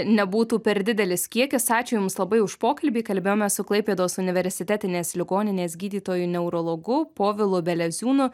nebūtų per didelis kiekis ačiū jums labai už pokalbį kalbėjomės su klaipėdos universitetinės ligoninės gydytoju neurologu povilu beleziūnu